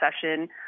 session